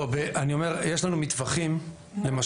לא, אני אומר, יש לנו מטווחים, למשל.